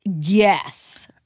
Yes